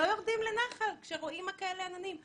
לא יורדים לנחל כשרואים כאלה עננים.